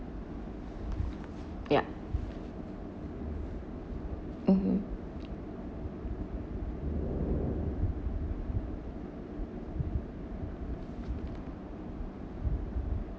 ya mmhmm